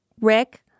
Rick